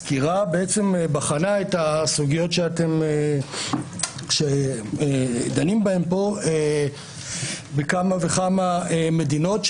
הסקירה בחנה את הסוגיות שאתם דנים בהן כאן בכמה וכמה מדינות.